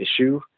issue